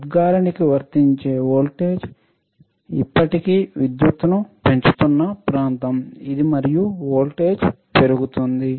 ఉద్గారిణికి వర్తించే వోల్టేజ్ ఇప్పటికీ విద్యుత్తును పెంచుతున్న ప్రాంతం ఇది మరియు వోల్టేజ్ పెరుగుతుంది